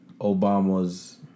Obama's